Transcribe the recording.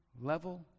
level